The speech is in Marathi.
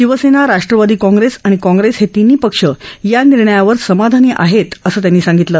शिवसेना राष्ट्रवादी काँग्रेस आणि काँग्रेस हे तिन्ही पक्ष या निर्णयावर समाधानी असल्याचं त्यांनी सांगितलं